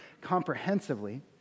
comprehensively